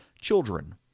children